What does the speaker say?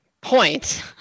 point